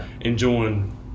enjoying